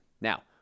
Now